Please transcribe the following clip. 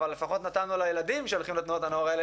אבל לפחות נתנו לילדים שהולכים לתנועות הנוער האלה,